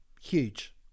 huge